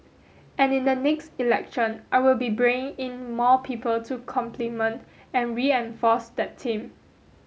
and in the next election I will be bringing in more people to complement and reinforce that team